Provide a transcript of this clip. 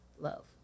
love